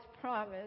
promise